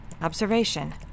observation